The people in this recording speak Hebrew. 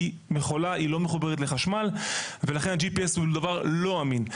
כי מכולה לא מחוברת לחשמל ואז ה-GPS הוא דבר לא אמין.